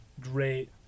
great